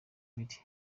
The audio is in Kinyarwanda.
biri